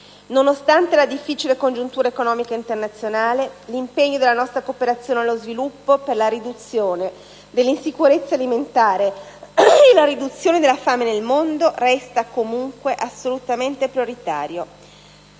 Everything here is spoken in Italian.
Nonostante la difficile congiuntura economica internazionale, l'impegno della nostra cooperazione allo sviluppo per la riduzione dell'insicurezza alimentare e la riduzione della fame nel mondo resta comunque assolutamente prioritario.